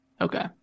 Okay